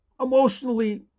emotionally